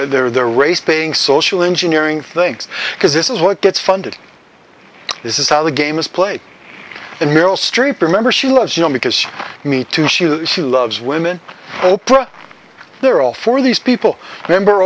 there the race baiting social engineering things because this is what gets funded this is how the game is played and meryl streep remember she let you know because me too she she loves women oprah they're all for these people remember